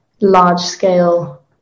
large-scale